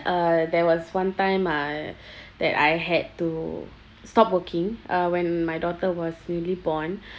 uh there was one time I that I had to stop working uh when my daughter was newly born